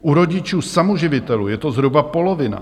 U rodičů samoživitelů je to zhruba polovina.